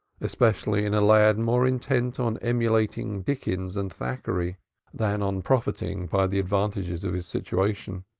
especially in a lad more intent on emulating dickens and thackeray than on profiting by the advantages of his situation.